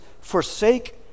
forsake